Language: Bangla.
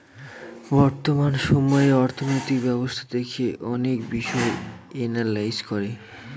বর্তমান সময়ে অর্থনৈতিক ব্যবস্থা দেখে অনেক বিষয় এনালাইজ করে